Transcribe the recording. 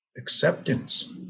Acceptance